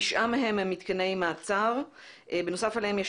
תשעה מהם הם מתקני מאסר ובנוסף עליהם יש